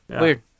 Weird